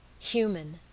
human